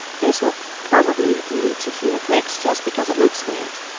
this will probably lead to fewer clicks, just because it looks weird.